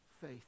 faith